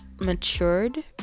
matured